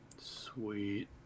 Sweet